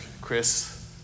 Chris